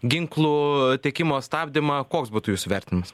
ginklų tiekimo stabdymą koks būtų jūsų vertinimas